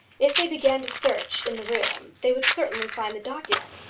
if they began to search in the room, they would certainly find the document.